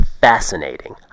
fascinating